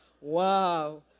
Wow